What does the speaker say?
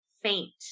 faint